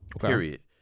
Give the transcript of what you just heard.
period